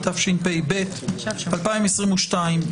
התשפ"ב-2022,